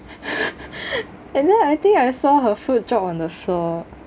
and then I think I saw her food drop on the floor